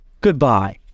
goodbye